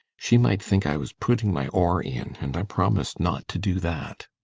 she might think i was putting my oar in and i promised not to do that.